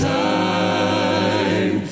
time